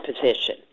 position